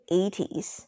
eighties